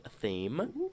theme